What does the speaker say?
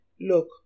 look